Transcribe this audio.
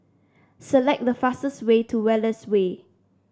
select the fastest way to Wallace Way